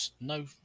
no